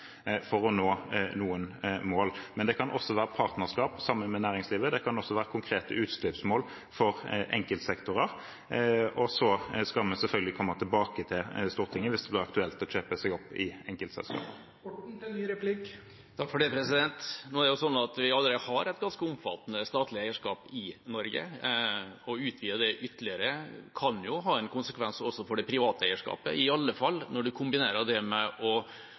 for å nå noen mål. Men det kan også være snakk om partnerskap sammen med næringslivet, og det kan være konkrete utslippsmål for enkeltsektorer. Og så skal vi selvfølgelig komme tilbake til Stortinget hvis det blir aktuelt å kjøpe seg opp i enkeltselskaper. Nå er det jo sånn at vi allerede har et ganske omfattende statlig eierskap i Norge. Å utvide det ytterligere kan jo ha en konsekvens også for det private eierskapet, iallfall når man kombinerer det med